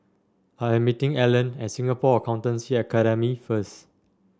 I am meeting Allen at Singapore Accountancy Academy first